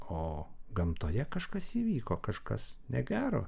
o gamtoje kažkas įvyko kažkas negero